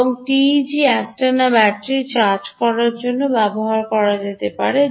এই টিইজি একটানা battery charge করার জন্য ব্যবহার করা যেতে পারে